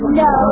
no